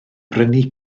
brynu